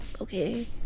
okay